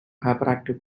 hyperactive